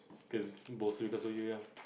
cause mostly because of you ya